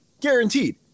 Guaranteed